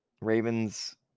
ravens